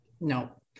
No